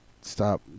stop